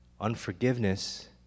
unforgiveness